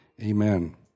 Amen